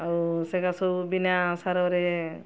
ଆଉ ସେଇଟା ସବୁ ବିନା ସାରରେ